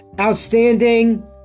outstanding